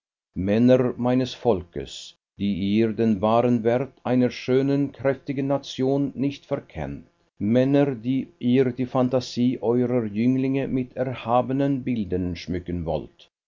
männer meines volkes die ihr den wahren wert einer schönen kräftigen nation nicht verkennt männer die ihr die phantasie eurer jünglinge mit erhabenen bildern schmücken wollt